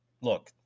look